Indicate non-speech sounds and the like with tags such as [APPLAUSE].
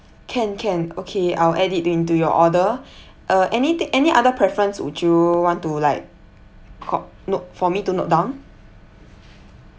can can okay I'll add it into your order [BREATH] uh anythi~ any other preference would you want to like got note for me to note down